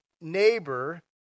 neighbor